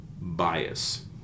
bias